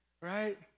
right